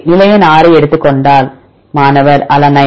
நிலை எண் 6 ஐ எடுத்துக் கொண்டால் மாணவர் அலனைன்